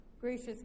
Gracious